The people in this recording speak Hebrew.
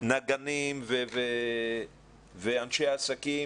נגנים ואנשי העסקים,